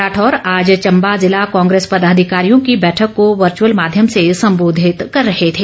राठौर आज चंबा ज़िला कांग्रेस पदाधिकारियों की बैठक को वर्च्अल माध्यम से संबोधित कर रहे थे